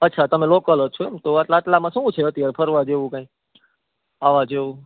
અચ્છા તમે લોકલ જ છો તો આટલા આટલામાં શું છે અત્યારે ફરવા જેવું કઈ આવવા જેવું